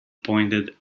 pointed